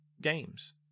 games